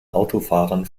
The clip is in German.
autofahrern